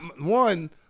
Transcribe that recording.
One